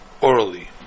orally